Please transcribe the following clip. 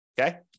Okay